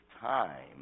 time